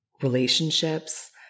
relationships